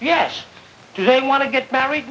yes do they want to get married